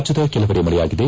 ರಾಜ್ದದ ಹಲವೆಡೆ ಮಳೆಯಾಗಿದೆ